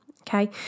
Okay